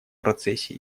процессе